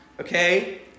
okay